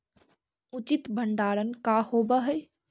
उचित भंडारण का होव हइ?